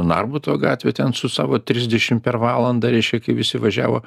narbuto gatvę ten su savo trisdešim per valandą reiškia kai visi važiavo